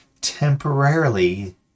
temporarily